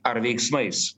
ar veiksmais